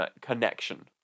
connection